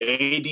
AD